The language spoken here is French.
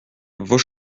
vos